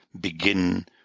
begin